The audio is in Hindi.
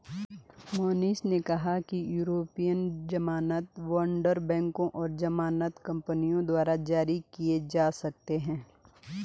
मोहनीश ने कहा कि यूरोपीय ज़मानत बॉण्ड बैंकों और ज़मानत कंपनियों द्वारा जारी किए जा सकते हैं